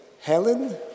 Helen